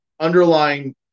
underlying